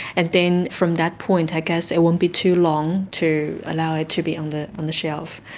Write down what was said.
and then from that point i guess it won't be too long to allow it to be on the on the shelf.